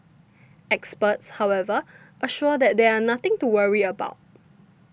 experts however assure that there are nothing to worry about